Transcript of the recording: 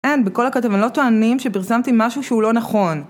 אין, בכל הכתבה, הם לא טוענים שפרסמתי משהו שהוא לא נכון.